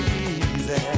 easy